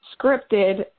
scripted